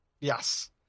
yes